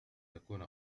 تكون